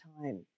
time